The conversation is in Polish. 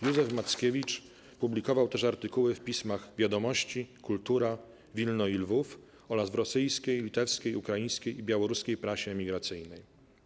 Józef Mackiewicz publikował też artykuły w pismach: 'Wiadomości', 'Kultura', 'Wilno i Lwów' oraz w rosyjskiej, litewskiej, ukraińskiej i białoruskiej prasie emigracyjnej.